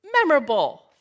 Memorable